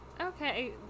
Okay